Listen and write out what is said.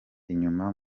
inyuma